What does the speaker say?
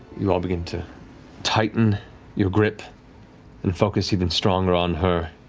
you all begin to tighten your grip and focus even stronger on her.